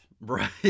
Right